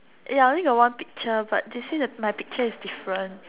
ya I only got one picture but they say the my picture is different